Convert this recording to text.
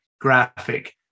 graphic